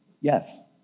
yes